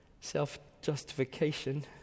self-justification